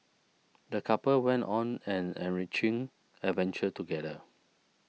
the couple went on an enriching adventure together